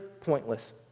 pointless